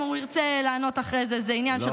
אם הוא ירצה לענות אחר כך זה עניין שלך.